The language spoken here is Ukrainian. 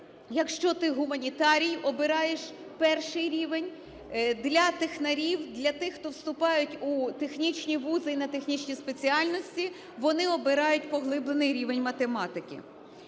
якщо ти гуманітарій – обираєш перший рівень; для технарів, для тих, хто вступають у технічні вузи і на технічні спеціальності, вони обирають поглиблений рівень математики.